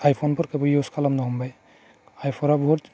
आइफनफोरखौबो इउस खालामनो हमबाय आइफनआ बहुत